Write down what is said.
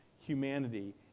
humanity